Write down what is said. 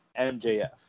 MJF